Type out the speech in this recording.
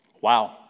Wow